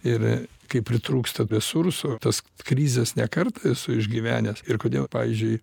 ir kai pritrūksta resursų tas krizes ne kartą esu išgyvenęs ir kodėl pavyzdžiui